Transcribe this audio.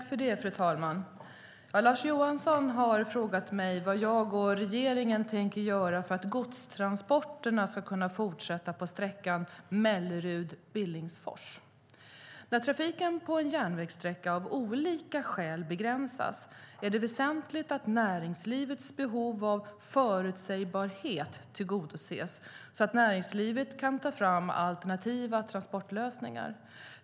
Fru talman! Lars Johansson har frågat mig vad jag och regeringen tänker göra för att godstransporterna ska kunna fortsätta på sträckan Mellerud-Billingsfors. När trafiken på en järnvägssträcka av olika skäl begränsas är det väsentligt att näringslivets behov av förutsägbarhet tillgodoses så att näringslivet kan ta fram alternativa transportlösningar.